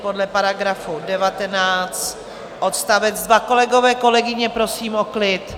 Podle § 90 odst. 2. Kolegové, kolegyně, prosím o klid!